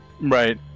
Right